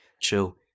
chill